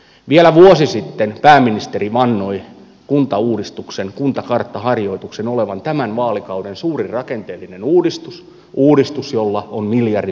vielä vuosi sitten pääministeri vannoi kuntauudistuksen kuntakarttaharjoituksen olevan tämän vaalikauden suurin rakenteellinen uudistus uudistus jolla on miljardiluokan vaikutukset